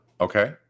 Okay